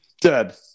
Dead